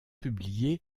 publié